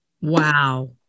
Wow